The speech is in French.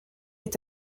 est